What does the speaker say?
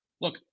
Look